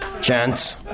Gents